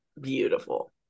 beautiful